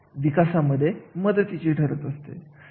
नाही तिथे आपण सांगतो त्या कार्याचे मूल्य समजून घेतो